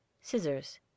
SCISSORS